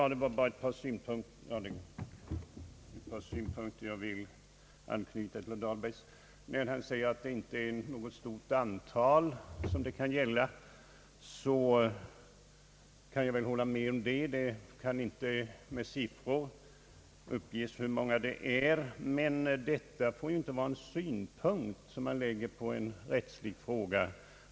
Herr talman! Jag vill anknyta till herr Dahlbergs anförande med ett par synpunkter. Jag kan hålla med om att frågan inte gäller något stort antal pensionärer. Det kan inte med siffror anges hur många de är. Men en sådan synpunkt får man inte lägga på en rättslig fråga.